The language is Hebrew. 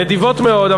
נדיבות מאוד,